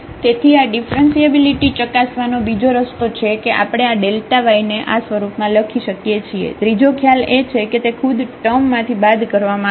તેથી આ ડીફરન્સીએબિલિટી ચકાસવાનો બીજો રસ્તો છે કે આપણે આ yને આ સ્વરૂપ માં લખી શકીએ છીએ ત્રીજો ખ્યાલ એ છે કે તે ખુદ ટર્મ માંથી બાદ કરવામાં આવે છે